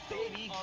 Baby